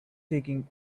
taking